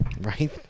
Right